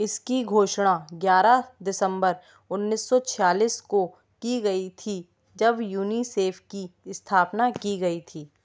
इसकी घोषणा ग्यारह दिसम्बर उन्नीस सौ छियालीस को की गई थी जब यूनिसेफ की स्थापना की गई थी